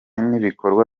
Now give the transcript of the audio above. n’ibikorwa